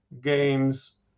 games